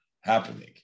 happening